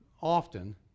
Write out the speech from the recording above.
often